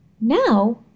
Now